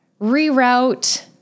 reroute